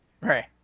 Right